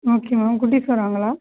okay ma'am குட்டிஸ் வராங்களா